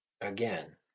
Again